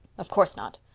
of course not.